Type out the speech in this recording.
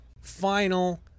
Final